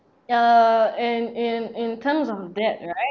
err and in in terms of that right